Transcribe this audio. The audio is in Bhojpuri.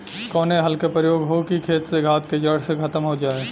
कवने हल क प्रयोग हो कि खेत से घास जड़ से खतम हो जाए?